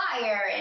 fire